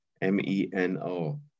M-E-N-O